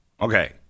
Okay